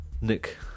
Nick